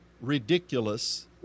ridiculous